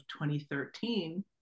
2013